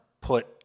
put